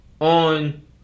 on